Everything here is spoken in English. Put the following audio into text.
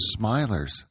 smilers